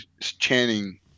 chanting